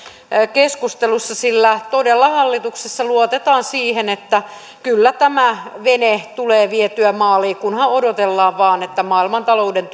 keskustelussa sillä todella hallituksessa luotetaan siihen että kyllä tämä vene tulee vietyä maaliin kunhan odotellaan vain että maailmantalouden